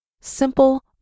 Simple